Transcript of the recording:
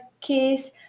kiss